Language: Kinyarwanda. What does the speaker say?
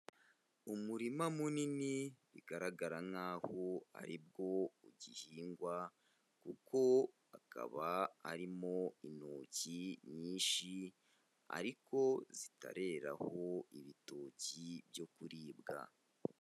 Umurima munini bigaragara nk'aho ari bwo ugihingwa, kuko hakaba harimo intoki nyinshi ariko zitareraho ibitoki byo kuribwa.